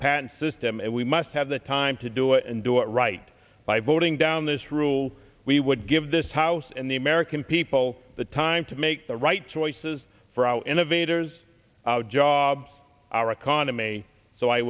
patent system and we must have the time to do it and do it right by voting down this rule we would give this house and the american people the time to make the right choices for our innovators jobs our economy so i